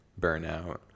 burnout